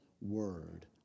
word